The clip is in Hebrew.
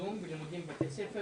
בלימודי זום.